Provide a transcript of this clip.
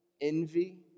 envy